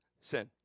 sin